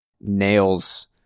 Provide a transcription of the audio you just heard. nails